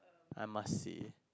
I must say